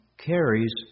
carries